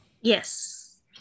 Yes